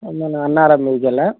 ఏందన్నా అన్నారం మీదికి వెళ్ళాను